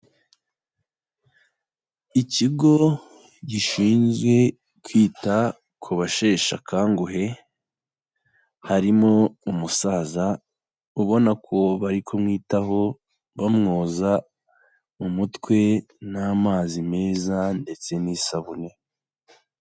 Ikigo gishinzwe kwita ku basheshe akanguhe, harimo umusaza ubona ko bari kumwitaho bamwoza umutwe n'amazi meza ndetse n'isabune.